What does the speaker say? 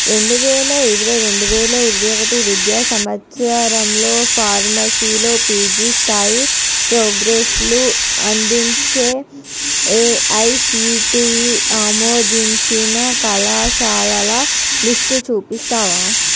రెండు వేల ఇరవై రెండు వేల ఇరవై ఒకటి విద్యా సంవత్సరంలో ఫార్మసీలో పీజీ స్థాయి ప్రోగ్రెస్లు అందించే ఏఐసిటిఈ ఆమోదించిన కళాశాలల లిస్టు చూపిస్తావా